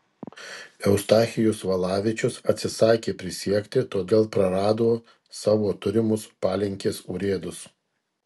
eustachijus valavičius atsisakė prisiekti todėl prarado savo turimus palenkės urėdus